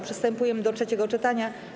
Przystępujemy do trzeciego czytania.